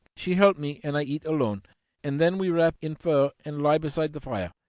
she help me and i eat alone and then we wrap in fur and lie beside the fire,